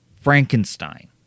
Frankenstein